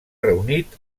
reunit